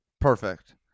Perfect